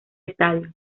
estadio